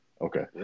Okay